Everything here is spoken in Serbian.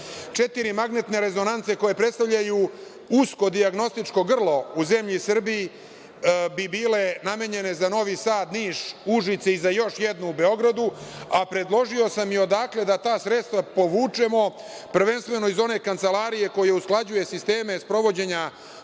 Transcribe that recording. četiri magnetne rezonance koje predstavljaju usko dijagnostičko grlo u zemlji Srbiji, bi bile namenjene za Novi Sad, Niž, Užice i još jednu u Beogradu, a predložio sam i odakle da ta sredstva povučemo, prvenstveno iz one kancelarije koja usklađuje sisteme sprovođenja